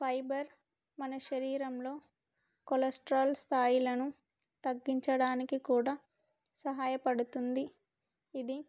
fibre మన శరీరంలో cholesterol స్థాయిలను తగ్గించడానికి కూడా సహాయపడుతుంది ఇది